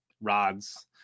rods